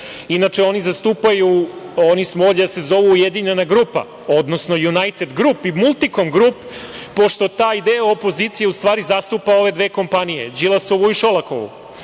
inače oni zastupaju, oni su mogli da se zovu „ujedinjena grupa“, odnosno „Junajted grup“ i „Multikom grup“, pošto taj deo opozicije u stvari zastupa ove dve kompanije, Đilasovu i Šolakovu,